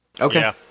Okay